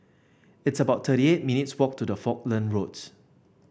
it's about thirty eight minutes' walk to the Falkland Roads